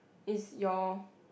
is your